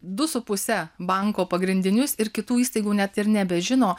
du su puse banko pagrindinius ir kitų įstaigų net ir nebežino